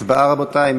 הצבעה, רבותי.